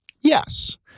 Yes